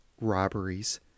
robberies